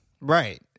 Right